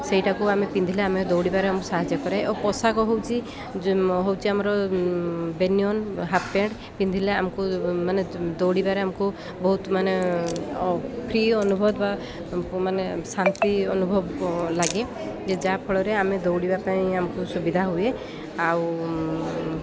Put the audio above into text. ସେଇଟାକୁ ଆମେ ପିନ୍ଧିଲେ ଆମେ ଦୌଡ଼ିବାରେ ଆମକୁ ସାହାଯ୍ୟ କରେ ଓ ପୋଷାକ ହଉଛି ହଉଛି ଆମର ବେନିୟନ୍ ହାଫ୍ ପେଣ୍ଟ ପିନ୍ଧିଲେ ଆମକୁ ମାନେ ଦୌଡ଼ିବାରେ ଆମକୁ ବହୁତ ମାନେ ଫ୍ରି ଅନୁଭବ ବା ମାନେ ଶାନ୍ତି ଅନୁଭବ ଲାଗେ ଯେ ଯାହାଫଳରେ ଆମେ ଦୌଡ଼ିବା ପାଇଁ ଆମକୁ ସୁବିଧା ହୁଏ ଆଉ